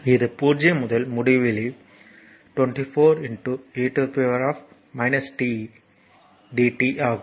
இது 0 முதல் முடிவிலி 24 e t dt ஆகும்